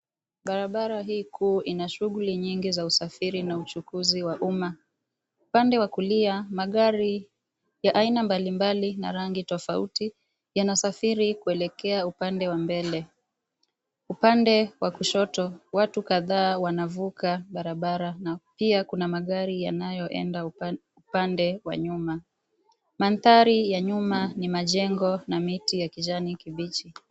Barabara hii kuu inashughuli nyingi za usafiri na uchukuzi wa umma. Upande wa kulia magari ya aina mbalimbali na rangi tofauti yanasafiri kuelekea upande wa mbele. Upande wa kushoto watu kadhaa wanavuka barabara na pia kuna magari yanayoenda upande wa nyuma. Mandhari ya nyuma ni majengo na miti ya kijani kibichi.